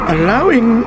Allowing